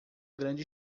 grande